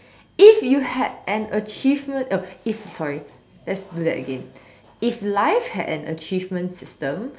if you had an achievement oh if sorry let's do that again if life had an achievement system